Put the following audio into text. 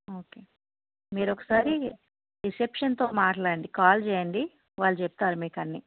okay మీరొకసారి రిసెప్షన్తో మాట్లాడండి కాల్ చెయ్యండి వాళ్ళు చెప్తారు మీకన్నీ